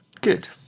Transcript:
good